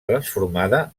transformada